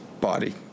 body